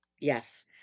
Yes